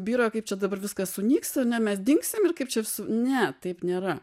byra kaip čia dabar viskas sunyks ar ne mes dingsim ir kaip čia ne taip nėra